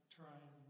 trying